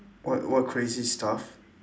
what what crazy stuff